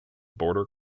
border